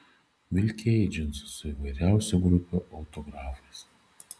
vilkėjai džinsus su įvairiausių grupių autografais